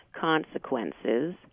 consequences